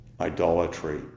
Idolatry